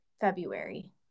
February